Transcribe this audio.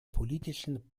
politischen